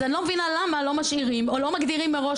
אז אני לא מבינה למה לא משאירים או לא מגדירים מראש